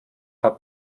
hat